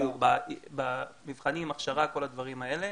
בדיוק, במבחנים, הכשרה, כל הדברים האלה.